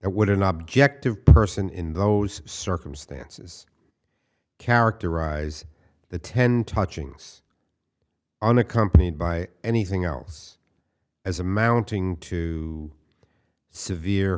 would an object of person in those circumstances characterize the ten touching us unaccompanied by anything else as amounting to severe